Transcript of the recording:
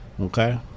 Okay